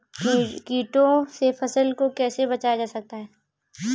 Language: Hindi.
कीटों से फसल को कैसे बचाया जा सकता है?